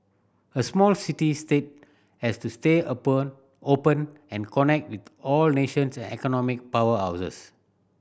a small city state has to stay open and connect with all nations and economic powerhouses